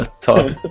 Talk